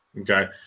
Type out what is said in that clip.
Okay